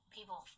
People